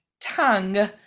tongue